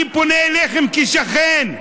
אני פונה אליכם כשכן,